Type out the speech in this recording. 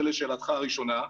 זה לשאלתך הראשונה.